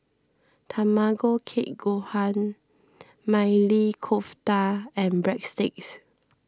Tamago Kake Gohan Maili Kofta and Breadsticks